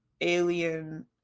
alien